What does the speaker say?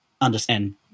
understand